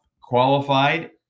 qualified